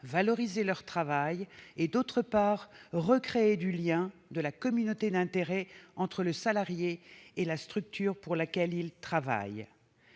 valoriser leur travail et, d'autre part, de recréer du lien, de la communauté d'intérêts entre le salarié et la structure pour laquelle il travaille.